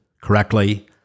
correctly